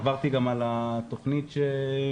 עברתי גם על התוכנית שבנית,